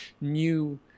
new